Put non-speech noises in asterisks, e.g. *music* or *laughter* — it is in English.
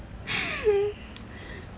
*laughs*